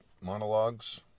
monologues